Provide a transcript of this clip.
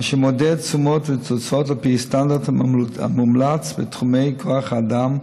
אשר מודד תשומות ותוצאות על פי הסטנדרט המומלץ בתחומי כוח האדם,